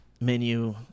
menu